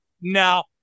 no